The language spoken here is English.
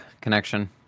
connection